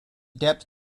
depth